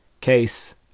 case